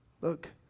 Look